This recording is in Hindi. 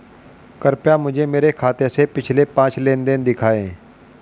कृपया मुझे मेरे खाते से पिछले पांच लेनदेन दिखाएं